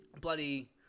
bloody